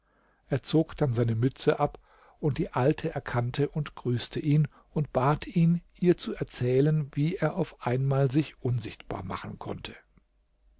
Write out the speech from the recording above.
er zog dann seine mütze ab und die alte erkannte und grüße ihn und bat ihn ihr zu erzählen wie er auf einmal sich unsichtbar machen konnte